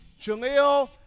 Jaleel